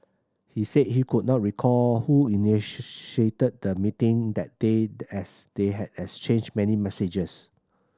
he said he could not recall who the meeting that day as they had exchanged many messages